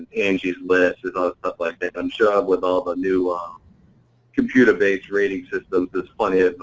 angie's list and other stuff like that. i'm sure ah with all the new computer based rating systems, there's plenty